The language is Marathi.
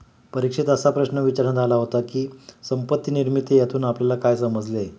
परीक्षेत असा प्रश्न विचारण्यात आला होता की, संपत्ती निर्मिती यातून आपल्याला काय समजले?